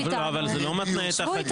אבל זה לא מתנה את החקיקה.